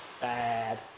Bad